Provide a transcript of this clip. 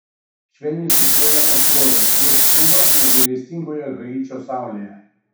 švelniai sūpuojamos srovės jos pūva negailestingoje haičio saulėje